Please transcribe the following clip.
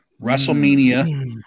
WrestleMania